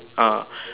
ah